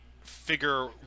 figure